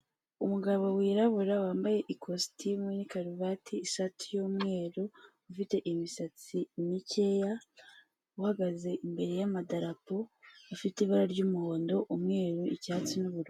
Umugabo wirabura wambaye ikositimu n'ikaruvati, ishati y'umweru ufite imisatsi mikeya uhagaze imbere y'amadapo afite ibara ry'umuhondo umweru icyatsi n'ububuru.